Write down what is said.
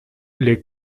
les